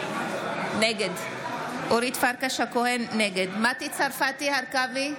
נגד מטי צרפתי הרכבי,